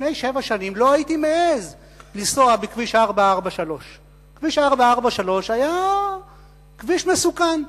לפני שבע שנים לא הייתי מעז לנסוע בכביש 443. כביש 443 היה כביש מסוכן.